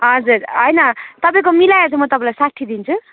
हजुर होइन तपाईँको मिलाएर चाहिँ म तपाईँलाई म साठी दिन्छु